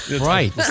Right